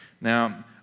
Now